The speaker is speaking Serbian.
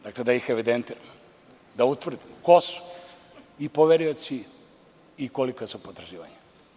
Dakle, da ih evidentiramo, da utvrdimo ko su i poverioci i kolika su potraživanja.